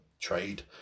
trade